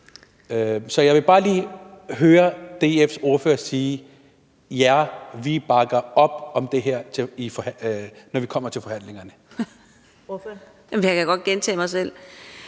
Så jeg vil bare lige høre DF's ordfører sige: Ja, vi bakker op om det her, når vi kommer til forhandlingerne. Kl. 13:12 Første